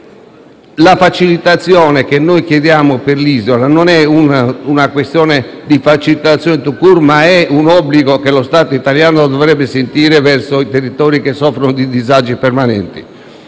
La facilitazione che noi chiediamo per le isole non è una questione *tout court*, ma è un obbligo che lo Stato italiano dovrebbe sentire verso i territori che soffrono di disagi permanenti.